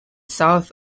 south